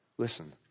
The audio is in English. Listen